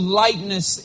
lightness